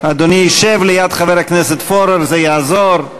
אדוני ישב ליד חבר הכנסת פורר, זה יעזור.